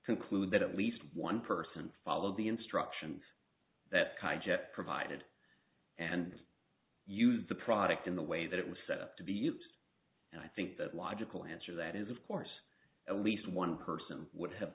conclude that at least one person followed the instructions that skyjack provided and use the product in the way that it was set up to be used and i think that logical answer that is of course at least one person would have